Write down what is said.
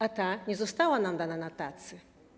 A ta nie została nam dana na tacy.